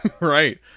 Right